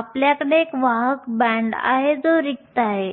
आपल्याकडे एक वाहक बँड आहे जो रिक्त आहे